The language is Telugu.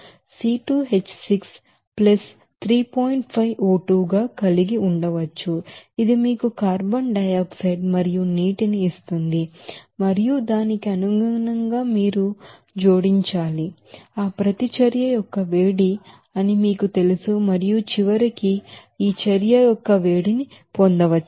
5O2 గా కలిగిఉండవచ్చు ఇది మీకు కార్బన్ డై ఆక్సైడ్ మరియు నీటిని ఇస్తుంది మరియు దానికి అనుగుణంగా మీరు దీనిని జోడించాలి అది హీట్ అఫ్ రియాక్షన్ అని మీకు తెలుసు మరియు చివరకు మీరు ఈ హీట్ అఫ్ రియాక్షన్ పొందవచ్చు